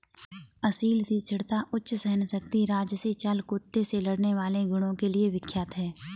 असील तीक्ष्णता, उच्च सहनशक्ति राजसी चाल कुत्ते से लड़ने वाले गुणों के लिए विख्यात है